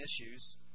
issues